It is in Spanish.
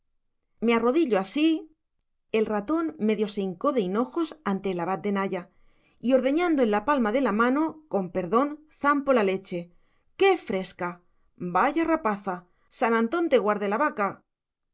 me arrodillo así el ratón medio se hincó de hinojos ante el abad de naya y ordeñando en la palma de la mano con perdón zampo la leche qué fresca vaya rapaza san antón te guarde la vaca